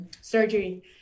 surgery